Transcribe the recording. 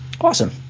awesome